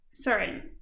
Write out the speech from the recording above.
Sorry